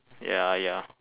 ya ya